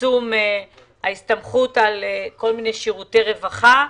צמצום ההסתמכות על שירותי רווחה.